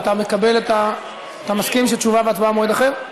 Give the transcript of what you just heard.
אתה מסכים שתשובה והצבעה במועד אחר?